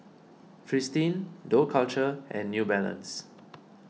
Fristine Dough Culture and New Balance